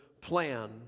plan